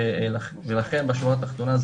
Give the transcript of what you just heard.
ולכן בשורה התחתונה,